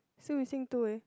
still missing two eh